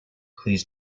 please